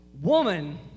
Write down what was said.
woman